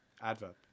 Adverb